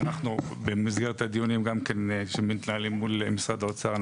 במסגרת הדיונים שמתנהלים מול משרד האוצר,